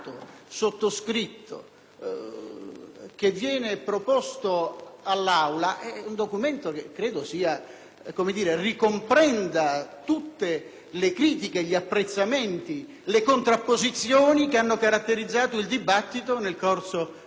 che viene proposto all'Aula, credo ricomprenda tutte le critiche, gli apprezzamenti e le contrapposizioni che hanno caratterizzato il dibattito nel corso dei lavori della Giunta.